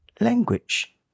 language